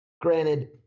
granted